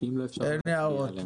אין הערות.